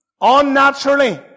unnaturally